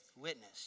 Witness